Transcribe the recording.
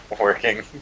Working